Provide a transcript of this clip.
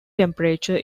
temperature